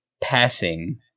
passing